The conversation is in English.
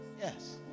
Yes